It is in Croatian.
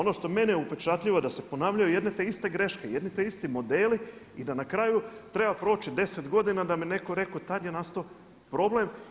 Ono što je meni upečatljivo da se ponavljaju jedno te iste greške, jedno te isti modeli i da na kraju treba proći 10 godina da bi netko rekao tada je nastao problem.